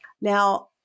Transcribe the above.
now